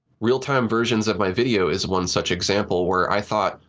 real time versions of my video is one such example where i thought,